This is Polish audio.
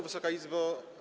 Wysoka Izbo!